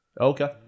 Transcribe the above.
Okay